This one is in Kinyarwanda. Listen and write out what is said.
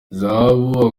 zahabu